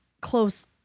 close